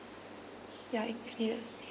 ya if needed